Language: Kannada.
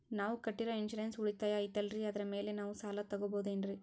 ನಾವು ಕಟ್ಟಿರೋ ಇನ್ಸೂರೆನ್ಸ್ ಉಳಿತಾಯ ಐತಾಲ್ರಿ ಅದರ ಮೇಲೆ ನಾವು ಸಾಲ ತಗೋಬಹುದೇನ್ರಿ?